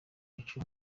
bicu